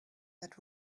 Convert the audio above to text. that